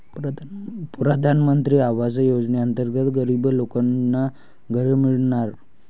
प्रधानमंत्री आवास योजनेअंतर्गत गरीब लोकांना घरे मिळणार